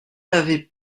n’avez